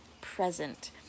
present